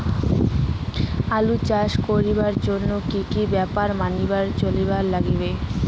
আলু চাষ করিবার জইন্যে কি কি ব্যাপার মানি চলির লাগবে?